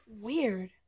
Weird